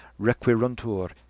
requiruntur